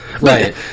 right